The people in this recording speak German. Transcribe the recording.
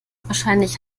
wahrscheinlich